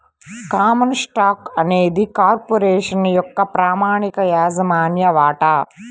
common stock అనేది corporation యొక్క ప్రామాణిక యాజమాన్య వాటా